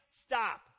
Stop